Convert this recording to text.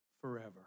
forever